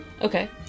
Okay